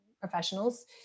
professionals